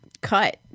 cut